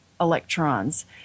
electrons